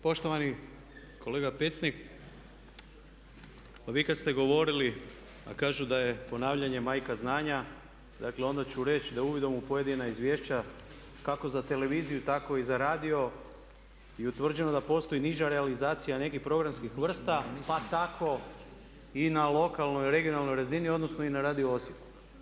Poštovani kolega Pecnik pa vi kad ste govorili, a kažu da je ponavljanje majka znanja, dakle onda ću reći da uvidom u pojedina izvješća kako za televiziju tako i za radio je utvrđeno da postoji niža realizacija nekih programskih vrsta pa tako i na lokalnoj i regionalnoj razini odnosno i na Radio Osijeku.